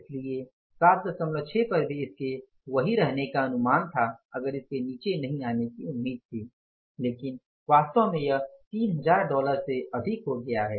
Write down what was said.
इसलिए 76 पर भी इसके वाही रहने का अनुमान था अगर इसके नीचे नहीं आने की उम्मीद थी लेकिन वास्तव में यह 3000 डॉलर से अधिक हो गया है